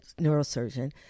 neurosurgeon